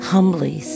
Humbly